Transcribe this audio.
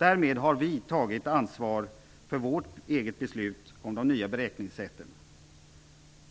Därmed har vi tagit ansvar för vårt eget beslut om det nya beräkningssättet,